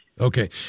Okay